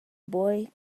boy